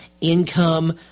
income